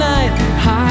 High